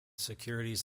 securities